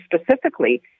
specifically